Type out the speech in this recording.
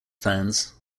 fans